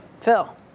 Phil